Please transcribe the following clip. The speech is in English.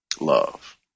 Love